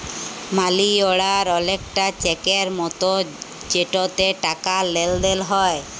মালি order অলেকটা চ্যাকের মতো যেটতে টাকার লেলদেল হ্যয়